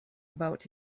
about